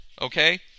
Okay